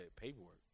paperwork